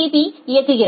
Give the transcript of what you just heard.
B I இயக்குகிறது